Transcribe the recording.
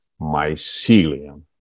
mycelium